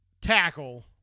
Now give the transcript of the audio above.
tackle